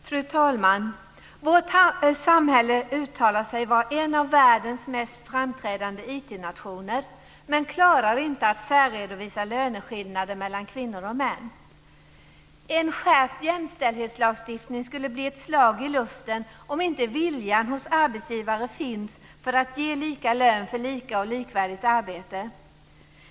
Fru talman! Vårt samhälle sägs vara en av världens mest framstående IT-nationer men klarar inte att särredovisa löneskillnader mellan kvinnor och män. En skärpt jämställdhetslagstiftning skulle bli ett slag i luften om inte viljan finns hos arbetsgivare att ge lika lön för lika och likvärdigt arbete.